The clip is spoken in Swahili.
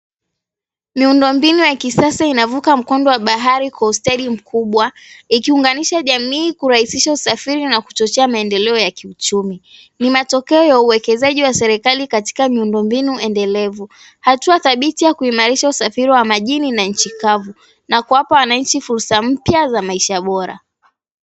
Miundo mbinu ya kisasa inavuka bahari kwa ustadi mkubwa ikiunganisha jamii, kurahisisha usafiri na kuchochea maendeleo ya kiuchumi. Ni matokeo ya uwekezaji wa serikali katika miundo mbinu endelevu. Hatua dhabiti ya kuimarisha usafiri majini na nchi kavu na kuwapa wananchi fursa mpya za maisha bora.